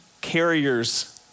carriers